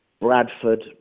Bradford